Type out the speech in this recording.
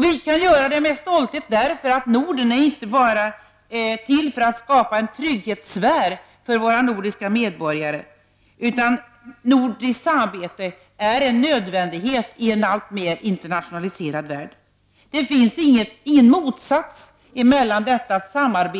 Vi kan göra det med stolthet, därför att Norden skall inte bara skapa en trygghetsfär för de nordiska medborgarna, utan nordiskt samarbete är en nödvändighet i en alltmer internationaliserad värld. Det finns ingen motsats mellan detta att små länder